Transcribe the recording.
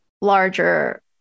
larger